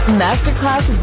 masterclass